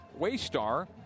Waystar